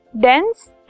dense